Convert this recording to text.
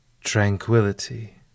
Tranquility